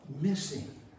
Missing